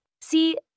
See